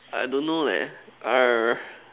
I don't know eh err